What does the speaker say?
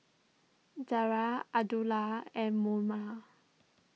Dara Abdullah and Munah